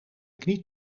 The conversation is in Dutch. knie